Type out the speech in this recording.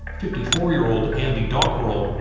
fifty-four-year-old andy dockrell.